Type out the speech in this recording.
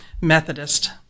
Methodist